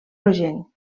rogenc